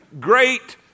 great